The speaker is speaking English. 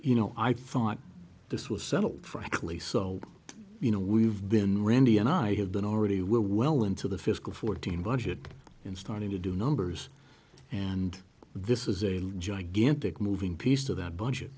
you know i thought this was settled frankly so you know we've been randy and i have been already we're well into the fiscal fourteen budget and starting to do numbers and this is a gigantic moving piece of that budget